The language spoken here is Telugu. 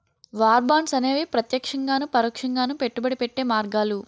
వార్ బాండ్స్ అనేవి ప్రత్యక్షంగాను పరోక్షంగాను పెట్టుబడి పెట్టే మార్గాలు